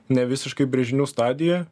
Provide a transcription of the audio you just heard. nevisiškai brėžinių stadijoj